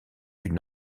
une